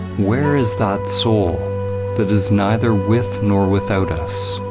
where is that soul that is neither with nor without us?